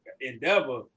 Endeavor